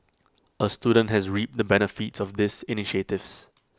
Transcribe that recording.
A student has reaped the benefits of these initiatives